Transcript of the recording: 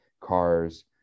cars